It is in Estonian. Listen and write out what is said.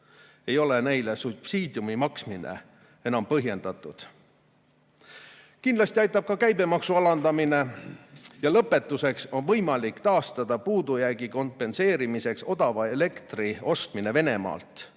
ei ole neile subsiidiumi maksmine enam põhjendatud. Kindlasti aitab ka käibemaksu alandamine. Ja lõpetuseks: on võimalik taastada puudujäägi kompenseerimiseks odava elektri ostmine Venemaalt.